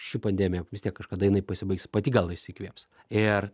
ši pandemija vis tiek kažkada jinai pasibaigs pati gal išsikvėps ir